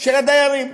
של הדיירים.